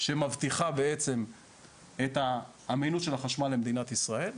שמבטיחה בעצם את האמינות של החשמל למדינת ישראל.